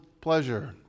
pleasure